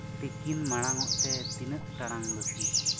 ᱛᱤᱠᱤᱱ ᱢᱟᱲᱟᱝ ᱚᱜ ᱛᱮ ᱛᱤᱱᱟᱹᱜ ᱴᱟᱲᱟᱝ ᱵᱟᱠᱤ